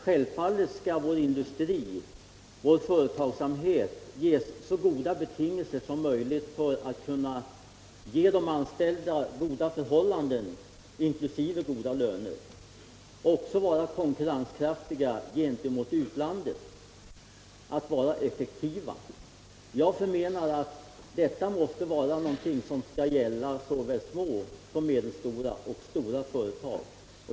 Självfallet skall vår industri och vår företagsamhet ges så goda betingelser som möjligt för att kunna ge de anställda goda förhållanden, inktusive goda löner, och vara konkurrenskraftig gentemot utlandet. Våra företag måste vara effektiva, men jag förmenar att detta skall gälla såväl små som medelstora och stora företag.